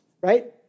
right